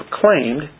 proclaimed